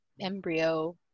embryo